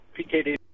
PKD